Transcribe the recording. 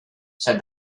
said